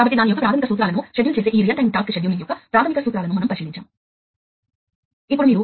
కాబట్టి అటువంటి సమాచారాన్ని వాస్తవానికి విశ్లేషణ సమాచారం అంటారు